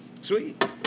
Sweet